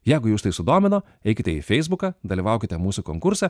jeigu jus tai sudomino eikite į feisbuką dalyvaukite mūsų konkursą